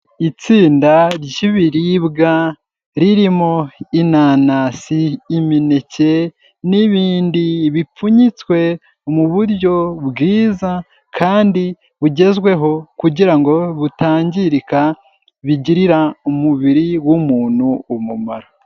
Itsinda ry'biribwa ririmo inanasi, imineke, n'ibindi bipfunyitswe mu buryo bwiza kandi bugezweho kugira ngo butangirika bigirira umubiri w'umuntu umumaro.